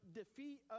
defeat